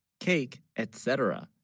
cake etc